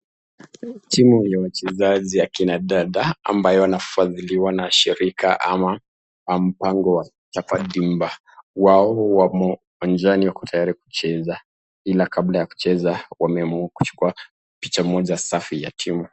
Timu ya wachezaji ya kina wanadada ambayo wanafadhiliwa na shirika wa mpango wa kuchapa ndimba. Wao wamo uwanjani wako tayari kucheza ila kabla ya kucheza wameamua kuchukua picha moja safi ya timu.